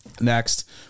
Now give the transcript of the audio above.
Next